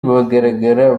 bagaragara